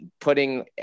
putting